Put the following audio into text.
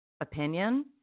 opinion